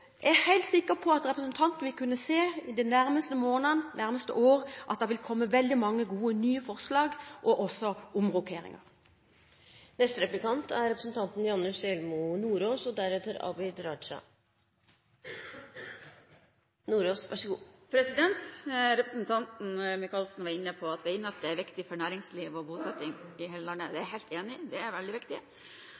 Jeg er helt sikker på at representanten vil kunne se, i de nærmeste månedene og i de nærmeste årene, at det vil komme veldig mange gode, nye forslag og rokeringer. Representanten Michaelsen var inne på at veinettet er viktig for næringsliv og bosetting i hele landet. Det er